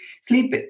sleep